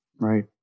Right